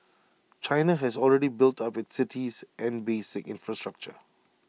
China has already built up its cities and basic infrastructure